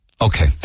Okay